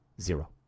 Zero